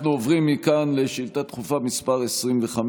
אנחנו עוברים מכאן לשאילתה דחופה מס' 25,